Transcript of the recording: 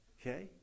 Okay